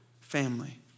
family